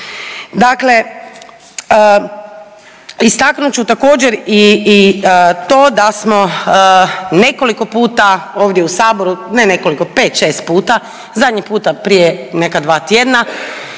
Dakle, istaknut ću također i to da smo nekoliko puta ovdje u Saboru, ne nekoliko, pet, šest puta, zadnji puta prije neka dva tjedna